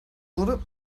wurde